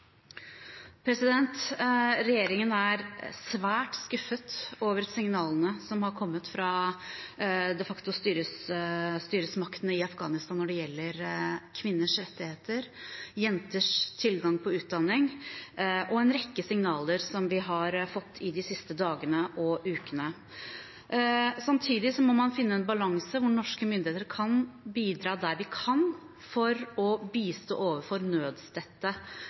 Regjeringen er svært skuffet over signalene som har kommet fra de facto styresmaktene i Afghanistan når det gjelder kvinners rettigheter, jenters tilgang på utdanning og en rekke signaler vi har fått de siste dagene og ukene. Samtidig må man finne en balanse hvor norske myndigheter bidrar der vi kan, for å bistå overfor